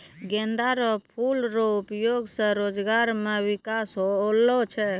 गेंदा रो फूल रो उपयोग से रोजगार मे बिकास होलो छै